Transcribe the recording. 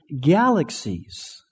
galaxies